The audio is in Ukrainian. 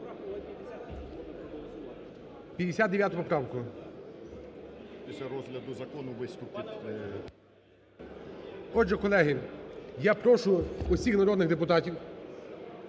59 поправку. Отже, колеги, я прошу усіх народних депутатів